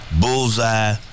bullseye